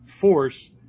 force